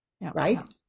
right